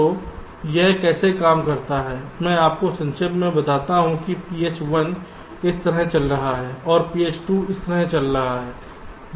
तो यह कैसे काम करता है मैं आपको संक्षेप में बताता हूं कि phi 1 इस तरह से चल रहा है और phi 2 इस तरह से चल रहा है